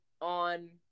on